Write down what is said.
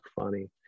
funny